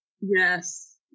Yes